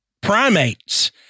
primates